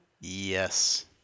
Yes